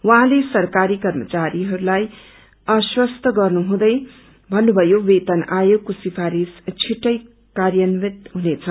उहाँले सरकारी कर्मचारीहरूलाई आश्वास्थ गर्नु हुँदै भन्नुभयो वेतन आयोगको सिफारिश छिठै कार्यन्वित हुनेछ